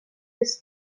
his